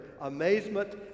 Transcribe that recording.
amazement